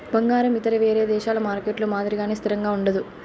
బంగారం ఇతర వేరే దేశాల మార్కెట్లలో మాదిరిగానే స్థిరంగా ఉండదు